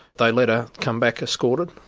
they let her come back escorted,